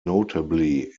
notably